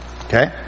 Okay